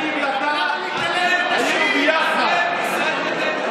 כשאני ואתה היינו ביחד,